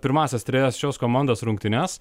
pirmąsias trejas šios komandos rungtynes